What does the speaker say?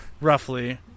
Roughly